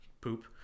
Poop